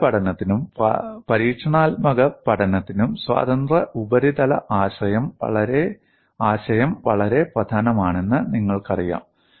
സംഖ്യാ പഠനത്തിനും പരീക്ഷണാത്മക പഠനത്തിനും സ്വതന്ത്ര ഉപരിതല ആശയം വളരെ പ്രധാനമാണെന്ന് നിങ്ങൾക്കറിയാം